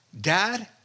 Dad